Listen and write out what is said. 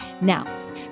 Now